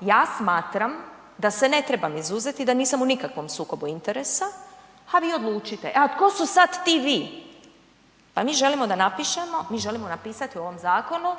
ja smatram da se ne trebam izuzeti i da nisam u nikakvom sukobu interesa, a vi odlučite. A tko su sad ti vi? Pa mi želimo napisati u ovom zakonu